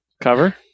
Cover